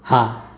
હા